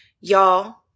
y'all